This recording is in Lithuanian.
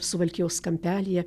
suvalkijos kampelyje